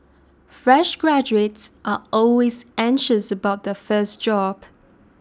fresh graduates are always anxious about their first job